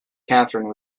catherine